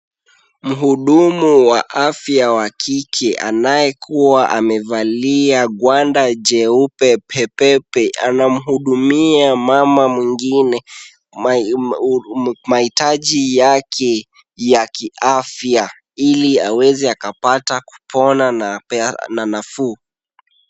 Muhudumu wa afya wa kike anayekuwa amevalia ngwanda jeupe pepepe, anamuhudumia mama mwingine mahitaji yake ya kiafya, ili aweze akapata kupona na apate nafuu.